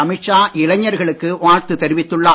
அமித்ஷா இளைஞர்களுக்கு வாழ்த்து தெரிவித்துள்ளார்